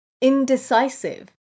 indecisive